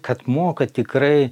kad moka tikrai